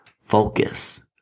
focus